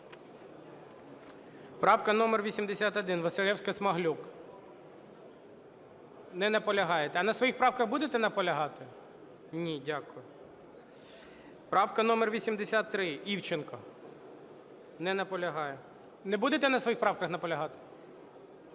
Правка номер 81, Василевська-Смаглюк. Не наполягаєте. А на своїх правках будете наполягати? Ні. Дякую. Правка номер 83, Івченко. Не наполягає. Не будете на своїх правках наполягати?